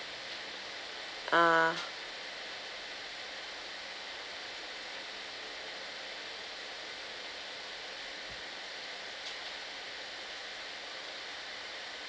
ah